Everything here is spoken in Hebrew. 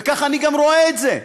וכך אני גם רואה את זה.